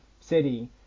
city